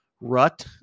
rut